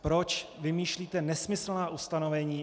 Proč vymýšlíte nesmyslná ustanovení?